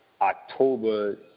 October